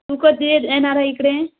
तू कधी येणार आहे इकडे